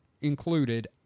included